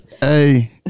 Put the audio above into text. Hey